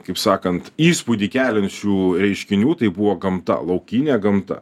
kaip sakant įspūdį keliančių reiškinių tai buvo gamta laukinė gamta